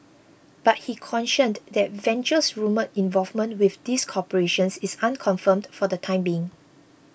but he cautioned that Venture's rumour involvement with these corporations is unconfirmed for the time being